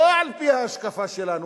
לא על-פי ההשקפה שלנו,